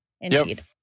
Indeed